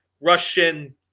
Russian